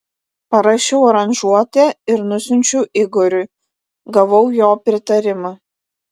parašiau aranžuotę ir nusiunčiau igoriui gavau jo pritarimą